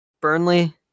Burnley